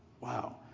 Wow